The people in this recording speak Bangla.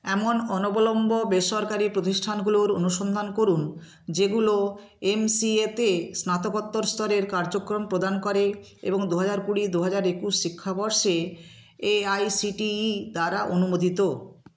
এমন অনবলম্ব বেসরকারি প্রতিষ্ঠানগুলোর অনুসন্ধান করুন যেগুলো এম সি এ তে স্নাতকোত্তর স্তরের কার্যক্রম প্রদান করে এবং দু হাজার কুড়ি দু হাজার একুশ শিক্ষাবর্ষে A I C T E দ্বারা অনুমোদিত